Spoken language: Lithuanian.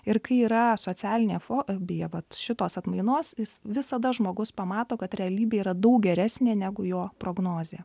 ir kai yra socialinė fobija vat šitos atmainos jis visada žmogus pamato kad realybėj yra daug geresnė negu jo prognozė